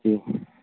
जी